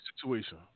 situation